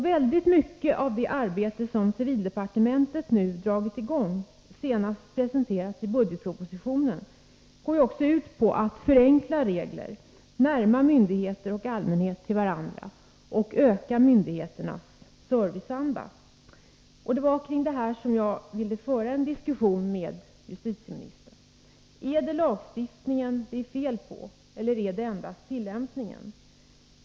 Väldigt mycket av det arbete som civildepartementet nu dragit i gång, senast presenterat i budgetpropositionen, går också ut på att förenkla regler, närma myndigheter och allmänhet till varandra och öka myndigheternas serviceanda. Det var kring detta jag ville föra en diskussion med justitieministern. Är det lagstiftningen det är fel på, eller är det endast tillämpningen?